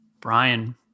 Brian